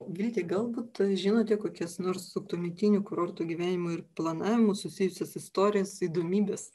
greta galbūt žinote kokias nors su tuometiniu kurortų gyvenimą ir planavimu susijusias istorijas įdomybes